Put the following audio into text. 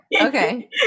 okay